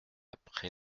après